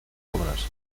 obras